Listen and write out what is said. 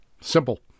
Simple